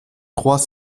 trois